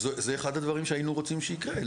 זה אחד הדברים שהיינו רוצים שיקרה.